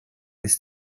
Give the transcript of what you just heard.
ist